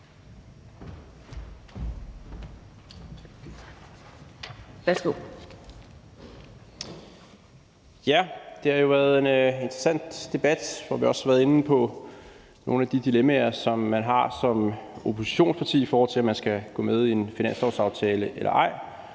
Det har jo været en interessant debat, hvor vi også har været inde på nogle af de dilemmaer, som man har som oppositionsparti, i forhold til om man skal gå med i en finanslovsaftale eller ej.